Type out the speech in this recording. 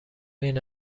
این